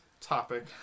topic